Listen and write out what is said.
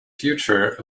future